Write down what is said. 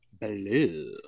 Blue